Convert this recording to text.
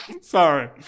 Sorry